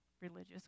Religious